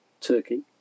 turkey